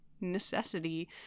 necessity